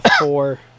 four